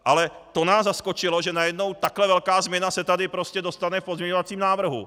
Ale to nás zaskočilo, že najednou takhle velká změna se tady dostane v pozměňovacím návrhu.